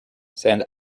said